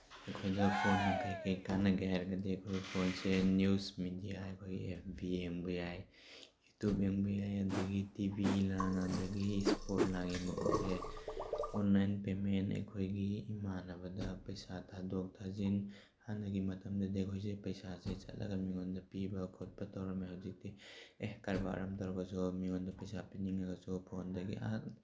ꯑꯩꯈꯣꯏꯗ ꯐꯣꯟꯅ ꯀꯩꯀꯩ ꯀꯥꯅꯒꯦ ꯍꯥꯏꯔꯒꯗꯤ ꯑꯩꯈꯣꯏ ꯐꯣꯟꯁꯦ ꯅ꯭ꯌꯨꯁ ꯃꯦꯗꯤꯌꯥ ꯑꯩꯈꯣꯏ ꯑꯦꯞ ꯕꯤ ꯌꯦꯡꯕ ꯌꯥꯏ ꯌꯨꯇ꯭ꯌꯨꯕ ꯌꯦꯡꯕ ꯌꯥꯏ ꯑꯗꯨꯗꯒꯤ ꯇꯤꯚꯤ ꯂꯥꯉ ꯑꯗꯨꯗꯒꯤ ꯏꯁꯄꯣꯔꯠ ꯂꯥꯏ ꯌꯦꯡꯕ ꯈꯣꯠꯄ ꯌꯥꯏ ꯑꯣꯟꯂꯥꯏꯟ ꯄꯩꯃꯦꯟ ꯑꯩꯈꯣꯏꯒꯤ ꯏꯃꯥꯟꯅꯕꯗ ꯄꯩꯁꯥ ꯊꯥꯗꯣꯛ ꯊꯥꯖꯤꯟ ꯍꯥꯟꯅꯒꯤ ꯃꯇꯝꯗꯗꯤ ꯑꯩꯈꯣꯏꯁꯦ ꯄꯩꯁꯥꯁꯦ ꯆꯠꯂꯒ ꯃꯤꯉꯣꯟꯗ ꯄꯤꯕ ꯈꯣꯠꯄ ꯇꯧꯔꯝꯃꯦ ꯍꯧꯖꯤꯛꯇꯤ ꯑꯦ ꯀꯔꯕꯥꯔ ꯑꯃ ꯇꯧꯔꯒꯁꯨ ꯃꯤꯉꯣꯟꯗ ꯄꯩꯁꯥ ꯄꯤꯅꯤꯡꯉꯒꯁꯨ ꯐꯣꯟꯗꯒꯤ ꯑꯥ